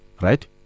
Right